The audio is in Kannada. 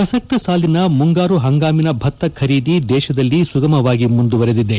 ಪ್ರಸಕ್ತ ಸಾಲಿನ ಮುಂಗಾರು ಹಂಗಾಮಿನ ಭತ್ತ ಖರೀದಿ ದೇಶದಲ್ಲಿ ಸುಗಮವಾಗಿ ಮುಂದುವರೆದಿದೆ